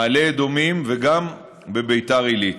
מעלה אדומים, וגם בביתר עילית.